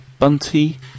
Bunty